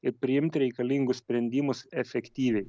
ir priimti reikalingus sprendimus efektyviai